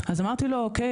אז אמרתי לו אוקיי,